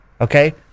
Okay